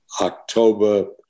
October